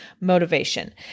motivation